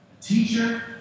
teacher